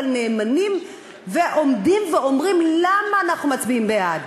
אבל נאמנים ועומדים ואומרים למה אנחנו מצביעים בעד.